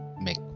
make